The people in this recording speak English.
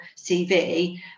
CV